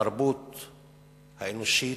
שבתרבות האנושית.